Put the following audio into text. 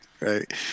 Right